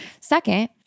Second